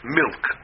milk